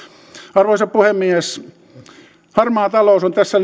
arvoisa puhemies harmaa talous on tässä